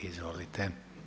Izvolite.